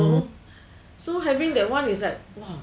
so having that one is that